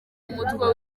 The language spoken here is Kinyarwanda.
umutwe